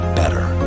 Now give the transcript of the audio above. better